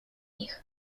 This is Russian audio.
них